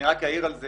אני רק אעיר על זה